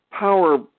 Power